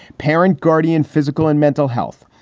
parent, guardian, physical and mental health,